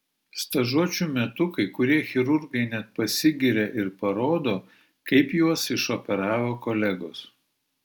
stažuočių metu kai kurie chirurgai net pasigiria ir parodo kaip juos išoperavo kolegos